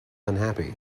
unhappy